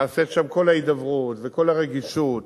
נעשית שם כל ההידברות וכל הרגישות.